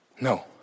No